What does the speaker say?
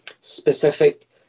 specific